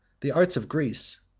the arts of greece,